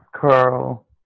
Carl